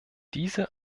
diese